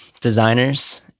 designers